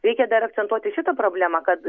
reikia dar akcentuoti šitą problemą kad